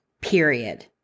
period